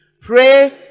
Pray